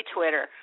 Twitter